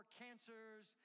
cancers